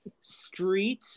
street